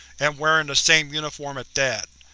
and wearing the same uniform at that.